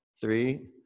three